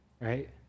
right